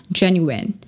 genuine